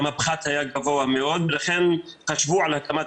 הפחת היה גבוה מאוד ולכן חשבו על הקמת